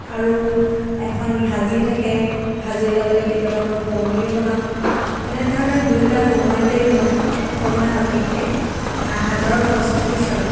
আৰু এখন ভাজি থাকে ভাজিৰ লগতে কেতিয়াবা মই পনিৰ বনাওঁ এনেধৰণে দুইটা সময়তে মই সময় সাপেক্ষে সাঁজৰ প্ৰস্তুতি চলাওঁ